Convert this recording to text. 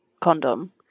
condom